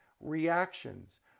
reactions